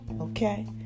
okay